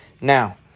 Now